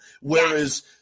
Whereas